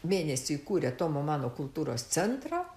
mėnesį įkūrė tomo mano kultūros centrą